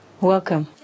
welcome